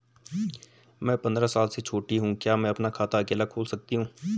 मैं पंद्रह साल से छोटी हूँ क्या मैं अपना खाता अकेला खोल सकती हूँ?